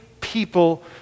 people